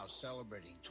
celebrating